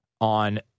on